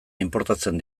inportatzen